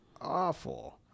awful